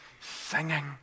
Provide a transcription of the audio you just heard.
singing